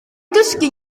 dysgu